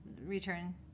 return